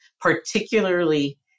particularly